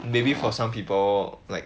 maybe for some people like